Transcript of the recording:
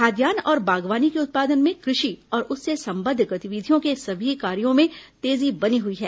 खाद्यान्न और बागवानी के उत्पादन में कृषि और उससे संबद्व गतिविधियों के सभी कार्यों में तेजी बनी हुई है